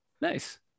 Nice